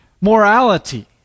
morality